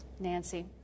Nancy